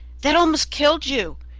that almost killed you?